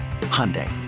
Hyundai